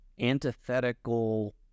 antithetical